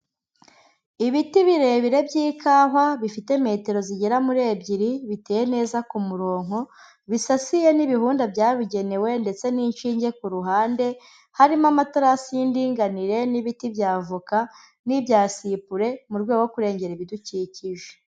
Ibiti birebire by'ikawa bifite metero zigera muri ebyiri biteye neza ku muronko, bisasiye n'ibihunda byabigenewe ndetse n'inshinge ku ruhande, harimo amaterasi y'indinganire n'ibiti by'avoka n'ibyasipure mu rwego rwo kurengera ibidukikije.